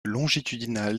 longitudinale